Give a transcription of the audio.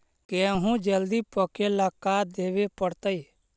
गेहूं जल्दी पके ल का देबे पड़तै?